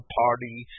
party